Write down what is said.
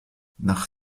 nach